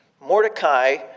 Mordecai